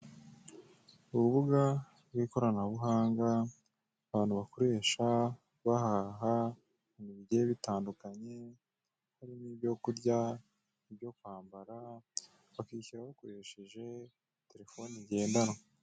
Urubuga rw'ikoranabuhanga abantu bakoresha bahaha, ibintu bigiye bitandukanye harimo ibyo kurya, ibyo kwambara bakishyura bakoresheje telefoni zigendanwa.